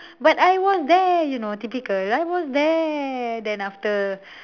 but I was there you know typical I was there then after